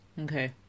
Okay